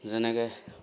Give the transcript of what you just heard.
যেনেকৈ